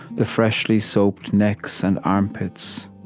the freshly soaped necks and armpits.